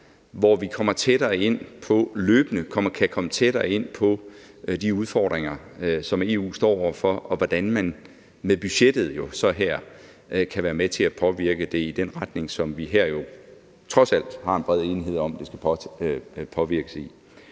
hvor vi løbende kommer tættere ind på de udfordringer, som EU står over for, og hvordan man med budgettet her jo så kan være med til at påvirke det i den retning, som vi her trods alt har en bred enighed om at det skal påvirkes i.